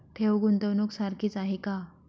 ठेव, गुंतवणूक सारखीच आहे का?